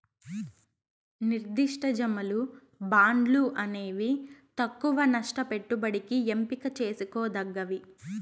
నిర్దిష్ట జమలు, బాండ్లు అనేవి తక్కవ నష్ట పెట్టుబడికి ఎంపిక చేసుకోదగ్గవి